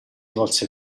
volse